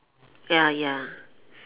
ya ya